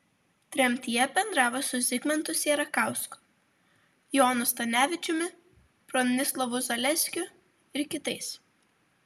tremtyje bendravo su zigmantu sierakausku jonu stanevičiumi bronislovu zaleskiu ir kitais